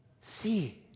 see